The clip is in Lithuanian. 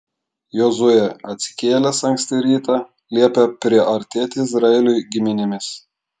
jozuė atsikėlęs anksti rytą liepė priartėti izraeliui giminėmis